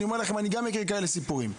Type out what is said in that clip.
אני גם מכיר כאלה סיפורים.